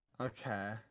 Okay